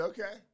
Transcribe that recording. Okay